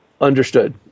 Understood